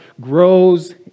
grows